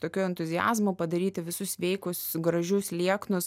tokio entuziazmo padaryti visus sveikus gražius lieknus